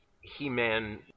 He-Man